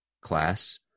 class